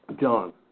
John